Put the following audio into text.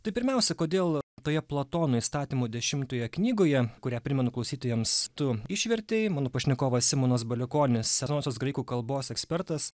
tai pirmiausia kodėl toje platono įstatymų dešimtoje knygoje kurią primenu klausytojams tu išvertei mano pašnekovas simonas baliukonis senosios graikų kalbos ekspertas